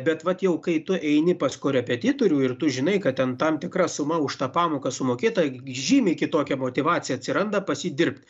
bet vat jau kai tu eini pas korepetitorių ir tu žinai kad ten tam tikra suma už tą pamoką sumokėta žymiai kitokia motyvacija atsiranda pas jį dirbt